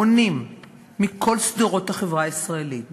המונים מכל שדרות החברה הישראלית,